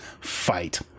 fight